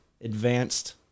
advanced